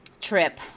trip